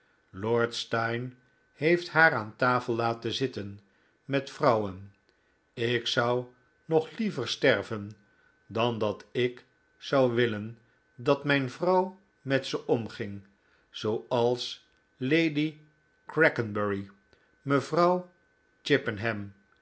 lord steyne heeft haar aan tafel laten zitten met vrouwen ik zou nog liever sterven dan dat ik zou willen dat mijn vrouw met ze omging zooals lady crackenbury mevrouw